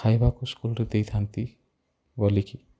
ଖାଇବାକୁ ସ୍କୁଲ୍ରେ ଦେଇଥାଆନ୍ତି ବୋଲି